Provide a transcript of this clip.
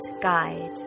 guide